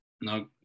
no